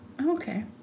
okay